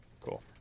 Cool